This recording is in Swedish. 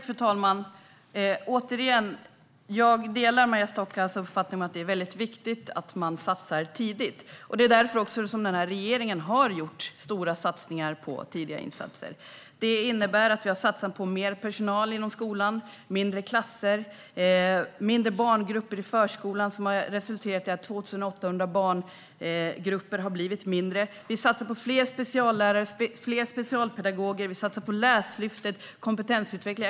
Fru talman! Jag delar alltså Maria Stockhaus uppfattning att det är väldigt viktigt att man satsar tidigt, och det är också därför som den här regeringen har gjort stora satsningar på tidiga insatser. Det innebär att vi har satsat på mer personal inom skolan, mindre klasser och mindre barngrupper i förskolan, vilket har resulterat i att 2 800 barngrupper har blivit mindre. Vi satsar på fler speciallärare, fler specialpedagoger, och vi satsar på Läslyftet och kompetensutveckling.